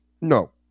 No